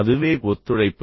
அதுவே ஒத்துழைப்பு